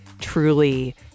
truly